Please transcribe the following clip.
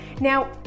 Now